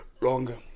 longer